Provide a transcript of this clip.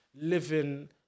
living